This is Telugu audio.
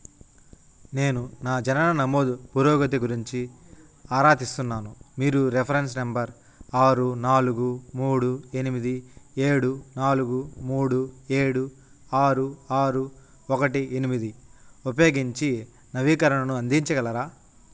నేను నా జనన నమోదు పురోగతి గురించి ఆరాతీస్తున్నాను మీరు రెఫ్రెన్స్ నెంబర్ ఆరు నాలుగు మూడు ఎనిమిది ఏడు నాలుగు మూడు ఏడు ఆరు ఆరు ఒకటి ఎనిమిది ఉపయోగించి నవీకరణను అందించగలరా